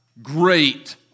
Great